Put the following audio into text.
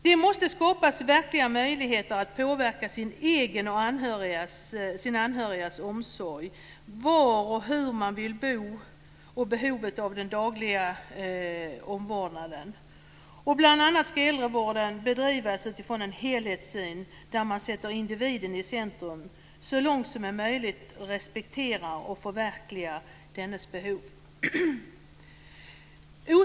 Det måste skapas verkliga möjligheter för människor att påverka sin egen och sina anhörigas omsorg samt hur och var man ska bo när behovet av daglig omvårdnad uppstår. Bl.a. ska äldrevården bedrivas utifrån en helhetssyn där man sätter individen i centrum och så långt som möjligt respekterar och förverkligar dennes behov.